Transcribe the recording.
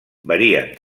varien